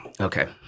Okay